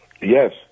Yes